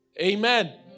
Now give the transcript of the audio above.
Amen